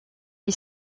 est